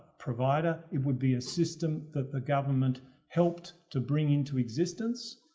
provider. it would be a system that the government helped to bring into existence.